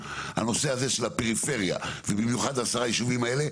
הנושא הזה של הפריפריה ובמיוחד עשרה ישובים האלה,